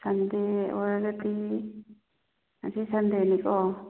ꯁꯟꯗꯦ ꯑꯣꯏꯔꯒꯗꯤ ꯉꯁꯤ ꯁꯟꯗꯦꯅꯤꯀꯣ